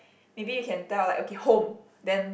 maybe you can tell like okay home then